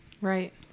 Right